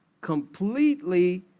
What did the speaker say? completely